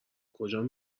کجان